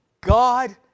God